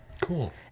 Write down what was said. Cool